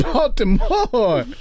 Baltimore